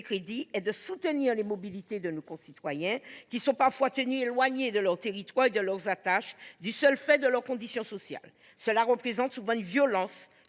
crédits est de soutenir les mobilités de nos concitoyens, qui sont parfois tenus éloignés de leur territoire et de leurs attaches du seul fait de leur condition sociale. Il y a là une violence